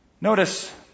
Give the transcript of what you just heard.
Notice